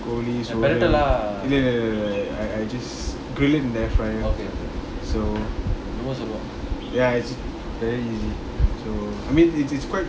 I just grill it and air fry it so ya it's very easy so I mean it's it's quite